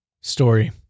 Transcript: story